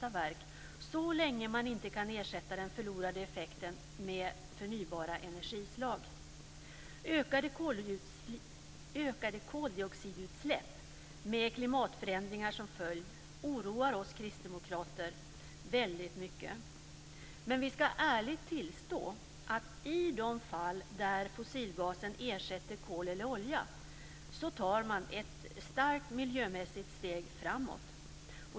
Så är det så länge man inte kan ersätta den förlorade effekten med förnybara energislag. Ökade koldioxidutsläpp med klimatförändringar som följd oroar oss kristdemokrater väldigt mycket. Men vi ska ärligt tillstå att i de fall där fossilgasen ersätter kol eller olja tar man ett starkt miljömässigt steg framåt.